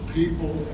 people